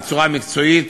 בצורה מקצועית,